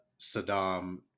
Saddam